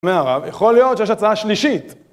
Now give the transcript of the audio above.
מהרב, יכול להיות שיש הצעה שלישית!